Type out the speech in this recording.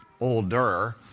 older